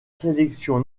sélection